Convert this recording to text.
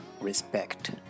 respect